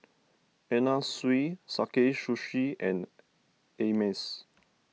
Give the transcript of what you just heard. Anna Sui Sakae Sushi and Ameltz